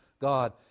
God